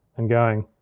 and going.